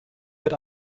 mit